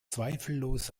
zweifellos